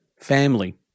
family